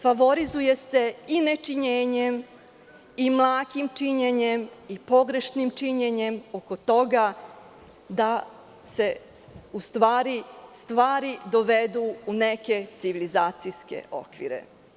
Favorizuje se nečinjenjem i mlakim činjenjem i pogrešnim činjenjem oko toga da se u stvari, stvari dovedu u neke civilizacijske okvire.